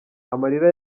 amarira